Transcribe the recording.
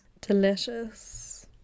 delicious